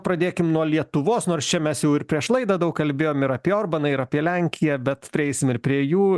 pradėkim nuo lietuvos nors čia mes jau ir prieš laidą daug kalbėjom ir apie orbaną ir apie lenkiją bet prieisim ir prie jų